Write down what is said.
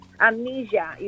amnesia